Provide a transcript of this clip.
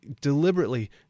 deliberately